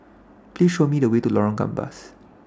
Please Show Me The Way to Lorong Gambas